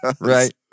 Right